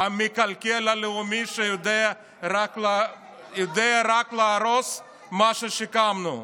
המקלקל הלאומי שיודע רק להרוס את מה ששיקמנו.